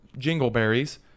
Jingleberries